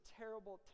terrible